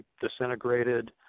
disintegrated